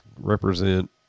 represent